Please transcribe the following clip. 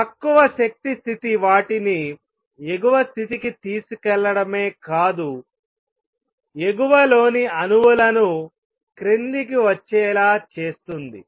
తక్కువ శక్తి స్థితి వాటిని ఎగువ స్థితికి తీసుకెళ్లడమే కాదు ఎగువ లోని అణువులను క్రిందికి వచ్చేలా చేస్తుంది